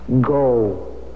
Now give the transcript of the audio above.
go